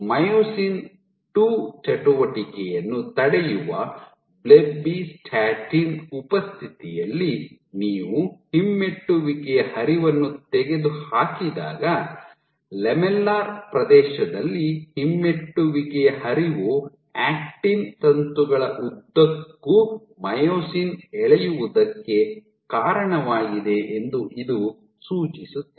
myosin II ಚಟುವಟಿಕೆಯನ್ನು ತಡೆಯುವ blebbistatin ಉಪಸ್ಥಿತಿಯಲ್ಲಿ ನೀವು ಹಿಮ್ಮೆಟ್ಟುವಿಕೆಯ ಹರಿವನ್ನು ತೆಗೆದುಹಾಕಿದಾಗ ಲ್ಯಾಮೆಲ್ಲರ್ ಪ್ರದೇಶದಲ್ಲಿ ಹಿಮ್ಮೆಟ್ಟುವಿಕೆಯ ಹರಿವು ಆಕ್ಟಿನ್ ತಂತುಗಳ ಉದ್ದಕ್ಕೂ ಮಯೋಸಿನ್ ಎಳೆಯುವುದಕ್ಕೆ ಕಾರಣವಾಗಿದೆ ಎಂದು ಇದು ಸೂಚಿಸುತ್ತದೆ